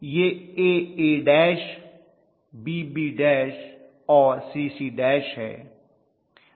यह A A B B और C C है